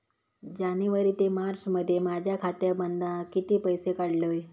जानेवारी ते मार्चमध्ये माझ्या खात्यामधना किती पैसे काढलय?